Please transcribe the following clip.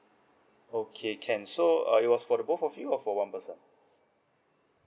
okay can so uh it was for the both of you or for one person